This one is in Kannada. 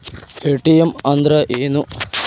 ಎ.ಟಿ.ಎಂ ಅಂದ್ರ ಏನು?